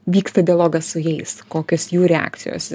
vyksta dialogas su jais kokios jų reakcijos